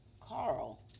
Carl